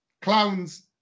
clowns